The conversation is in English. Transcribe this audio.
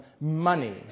money